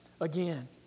again